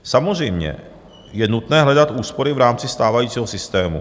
Samozřejmě je nutné hledat úspory v rámci stávajícího systému.